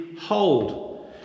hold